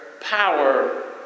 power